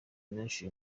menshi